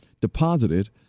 deposited